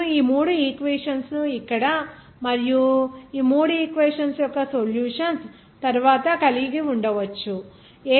మనము ఈ మూడు ఈక్వేషన్స్ ను ఇక్కడ మరియు ఈ మూడు ఈక్వేషన్స్ యొక్క సొల్యూషన్స్ తరువాత కలిగి ఉండవచ్చు